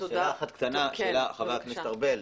חבר הכנסת ארבל,